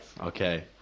Okay